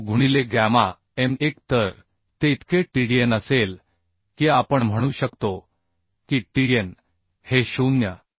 Fu गुणिले gamma m1 तर ते इतके tdn असेल की आपण म्हणू शकतो की tdn हे 0